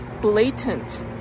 blatant